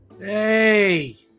Hey